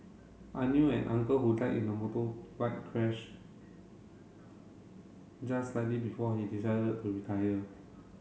I knew an uncle who died in a motorbike crash just slightly before he decided to retire